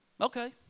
Okay